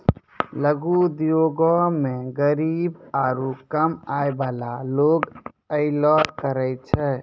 लघु उद्योगो मे गरीब आरु कम आय बाला लोग अयलो करे छै